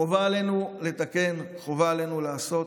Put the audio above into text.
חובה עלינו לתקן, חובה עלינו לעשות.